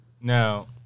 Now